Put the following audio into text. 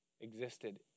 existed